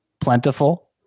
plentiful